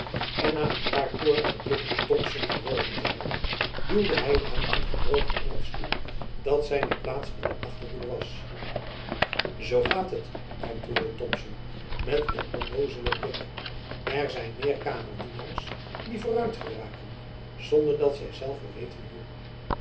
en na een paar toornige blikken op thomson geworpen te hebben duwde hy hem in gebroken engelsch toe dat zijne plaats in de achterhoede was zoo gaat het antwoordde thomson met een onnoozelen blik er zijn meer kamerdienaars die vooruit geraken zonder dat zy zelve weten hoe